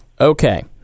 Okay